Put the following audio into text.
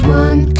one